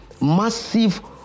massive